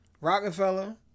Rockefeller